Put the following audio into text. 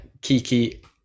Kiki